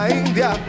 india